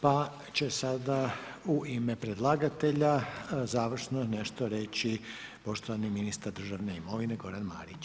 Pa će sada u ime predlagatelja završno nešto reći poštovani ministar državne imovine Goran Marić.